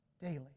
daily